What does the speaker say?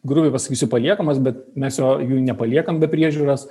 grubiai pasakysiu paliekamas bet mes jo nepaliekam be priežiūros